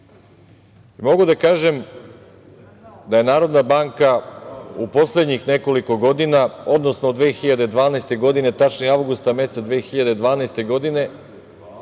da kažem da je Narodna banka u poslednjih nekoliko godina, odnosno od 2012. godine, tačnije avgusta meseca 2012. godine,